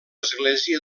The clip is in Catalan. església